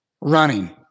running